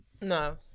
No